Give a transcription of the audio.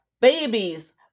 babies